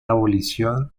abolición